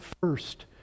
first